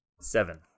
Seven